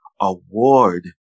award